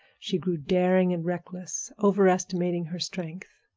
she grew daring and reckless, overestimating her strength.